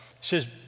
says